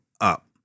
up